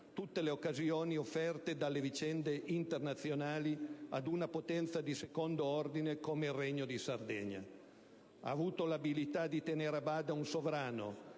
tutte le occasioni offerte dalle vicende internazionali ad una potenza di secondo ordine come il Regno di Sardegna. Ha avuto l'abilità di tenere a bada un sovrano